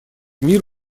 мир